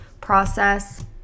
process